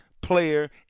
player